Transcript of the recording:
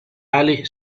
ali